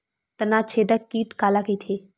तनाछेदक कीट काला कइथे?